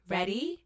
Ready